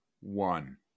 one